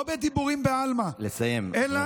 לא בדיבורים בעלמא, לסיים, חבר הכנסת.